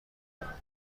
کند